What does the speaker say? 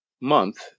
month